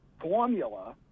formula